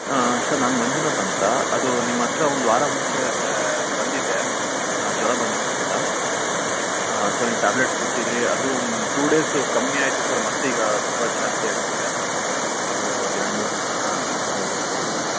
ಆಂ sir ನಾನು ಮಂಜುನಾಥ್ ಅಂತ ಅದು ನಿಮ್ಮ ಹತ್ರ ಒಂದು ವಾರ ಮುಂಚೆ ಬಂದಿದ್ದೆ ಜ್ವರ ಬಂದಿತ್ತು ಅಂತ ಆಂ ಸೊ ನೀವು ಟ್ಯಾಬ್ಲೆಟ್ಸ್ ಕೊಟ್ಟಿದ್ರಿ ಅದು ಒಂದು ಟೂ ಡೇಸ್ ಕಮ್ಮಿ ಆಯಿತು ಸರ್ ಮತ್ತೀಗ ತುಂಬ ಜಾಸ್ತಿ ಆಗಿಬಿಟ್ಟಿದೆ ಸೊ ಒಂದೆರಡು ಮೂರು ದಿವಸ ಆಂ ಜ್ವರ ಜಾಸ್ತಿ ಆಗಿದೆ